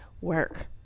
work